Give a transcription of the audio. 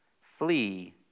flee